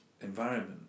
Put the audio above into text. environment